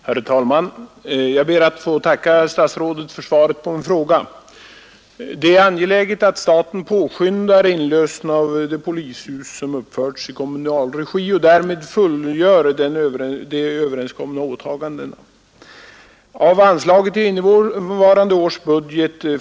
Herr talman! Jag ber att få tacka statsrådet för svaret på min fråga. Det är angeläget att staten påskyndar inlösen av de polishus som uppförts i kommunal regi och därmed fullgör de överenskomna åtagandena. Av anslaget i innevarande års budget.